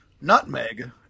Nutmeg